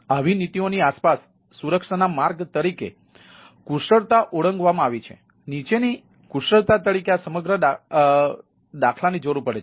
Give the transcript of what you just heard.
આવી નીતિઓની આસપાસ સુરક્ષાના માર્ગ તરીકે કુશળતા ઓળંગવામાં આવી છે નીચેની કુશળતા તરીકે આ સમગ્ર દાખલાની જરૂર પડે છે